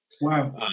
Wow